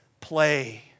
play